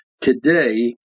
today